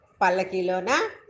Palakilona